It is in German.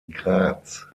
graz